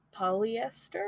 Polyester